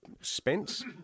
Spence